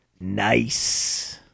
Nice